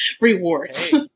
rewards